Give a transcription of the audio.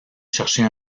chercher